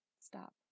Stop